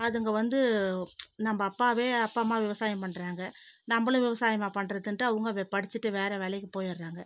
அதுங்க வந்து நம்ம அப்பாவே அப்பா அம்மா விவசாயம் பண்ணுறாங்க நம்மளும் விவசாயமா பண்ணுறதுன்ட்டு அவங்க படிச்சுட்டு வேறு வேலைக்கு போயிடுறாங்க